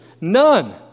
None